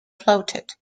floated